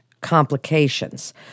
complications